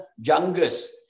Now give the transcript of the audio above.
jungles